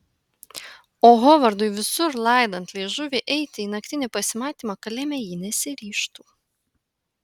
o hovardui visur laidant liežuvį eiti į naktinį pasimatymą kalėjime ji nesiryžtų